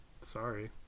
sorry